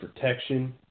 protection